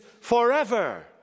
forever